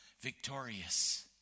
victorious